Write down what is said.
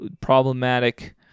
problematic